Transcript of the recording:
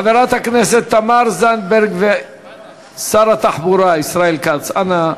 חברת הכנסת תמר זנדברג ושר התחבורה ישראל כץ, אנא,